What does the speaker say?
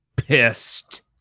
pissed